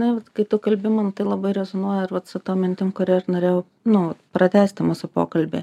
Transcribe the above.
ne vat kaip tu kalbi man tai labai rezonuoja ir vat su ta mintim kuria ir norėjau nu pratęsti mūsų pokalbį